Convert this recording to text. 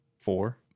Four